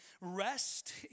rest